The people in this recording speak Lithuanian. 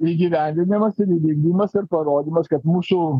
įgyvendinimas ir įdiegimas ir parodymas kad mūsų